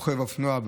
רוכב אופנוע,